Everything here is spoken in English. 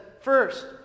First